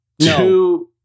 No